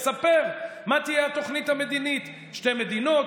מספר מה תהיה התוכנית המדינית: שתי מדינות,